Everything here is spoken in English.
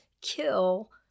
kill